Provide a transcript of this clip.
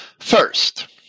First